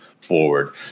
forward